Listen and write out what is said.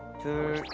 to